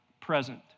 present